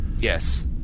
yes